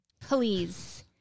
please